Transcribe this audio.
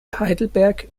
heidelberg